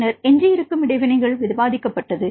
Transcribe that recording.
பின்னர் எஞ்சியிருக்கும் இடைவினைகள் விவாதிக்கப்பட்டது